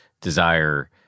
desire